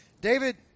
David